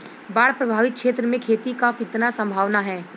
बाढ़ प्रभावित क्षेत्र में खेती क कितना सम्भावना हैं?